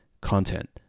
content